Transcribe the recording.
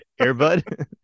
Airbud